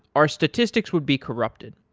our statistics would be corrupted.